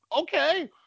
okay